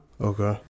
Okay